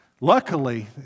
Luckily